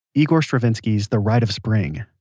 igor stravinsky's the rite of spring.